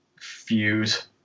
fuse